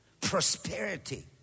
prosperity